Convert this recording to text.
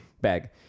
Bag